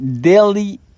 daily